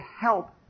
help